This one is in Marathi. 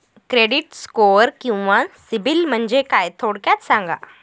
क्रेडिट स्कोअर किंवा सिबिल म्हणजे काय? थोडक्यात सांगा